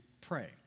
pray